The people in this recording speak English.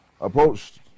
approached